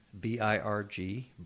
B-I-R-G